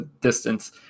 distance